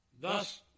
Thus